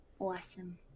Awesome